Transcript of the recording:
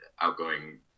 outgoing